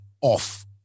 off